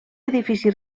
edifici